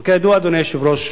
וכידוע, אדוני היושב-ראש,